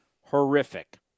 horrific